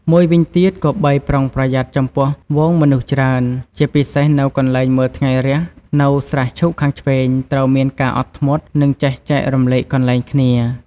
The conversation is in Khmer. មួយវិញទៀតគប្បីប្រុងប្រយ័ត្នចំពោះហ្វូងមនុស្សច្រើន ជាពិសេសនៅកន្លែងមើលថ្ងៃរះនៅស្រះឈូកខាងឆ្វេង។ ត្រូវមានការអត់ធ្មត់ និងចេះចែករំលែកកន្លែងគ្នា។